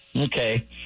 Okay